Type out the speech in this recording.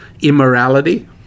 immorality